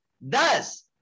Thus